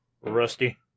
Rusty